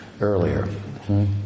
earlier